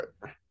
right